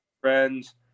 friends